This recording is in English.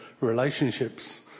relationships